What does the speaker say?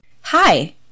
Hi